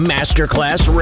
Masterclass